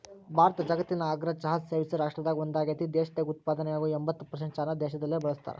ಭಾರತ ಜಗತ್ತಿನ ಅಗ್ರ ಚಹಾ ಸೇವಿಸೋ ರಾಷ್ಟ್ರದಾಗ ಒಂದಾಗೇತಿ, ದೇಶದಾಗ ಉತ್ಪಾದನೆಯಾಗೋ ಎಂಬತ್ತ್ ಪರ್ಸೆಂಟ್ ಚಹಾನ ದೇಶದಲ್ಲೇ ಬಳಸ್ತಾರ